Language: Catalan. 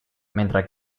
mentre